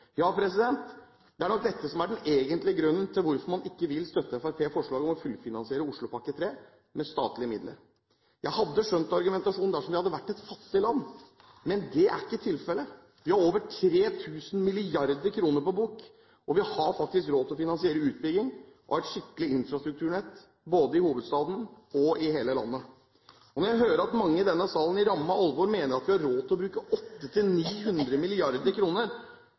Ja, det er nok dette som er den egentlige grunnen til at man ikke vil støtte Fremskrittspartiets forslag om å fullfinansiere Oslopakke 3 med statlige midler. Jeg hadde skjønt argumentasjonen dersom vi hadde vært et fattig land. Men det er ikke tilfellet – vi har over 3 000 mrd. kr på bok, og vi har faktisk råd til å finansiere utbyggingen av et skikkelig infrastrukturnett både i hovedstaden og i hele landet. Jeg hører at mange i denne salen på ramme alvor mener at vi har råd til å bruke